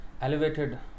elevated